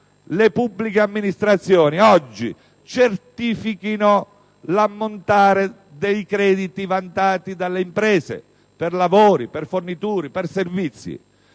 alle pubbliche amministrazioni di certificare oggi l'ammontare dei crediti vantati delle imprese per lavori, forniture e servizi,